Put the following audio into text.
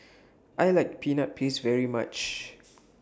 I like Peanut Paste very much